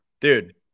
Dude